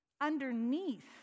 Underneath